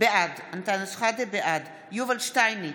בעד יובל שטייניץ,